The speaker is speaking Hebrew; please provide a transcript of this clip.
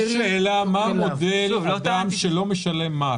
יש שאלה מה המודל לגבי אדם שלא משלם מס.